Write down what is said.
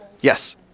Yes